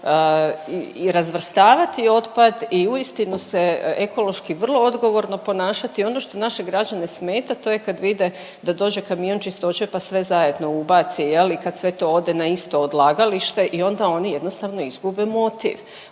i razvrstavati otpad i uistinu se ekološki vrlo odgovorno ponašati, ono što naše građane smeta to je kad vide da dođe kamion Čistoće pa sve zajedno ubaci jel i kad sve to ode na isto odlagalište i onda oni jednostavno izgube motiv.